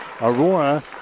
Aurora